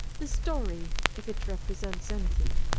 the story, if it represents anything,